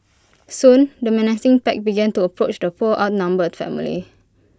soon the menacing pack began to approach the poor outnumbered family